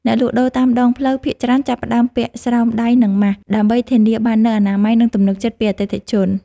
អ្នកលក់ដូរតាមដងផ្លូវភាគច្រើនចាប់ផ្តើមពាក់ស្រោមដៃនិងម៉ាស ដើម្បីធានាបាននូវអនាម័យនិងទំនុកចិត្តពីអតិថិជន។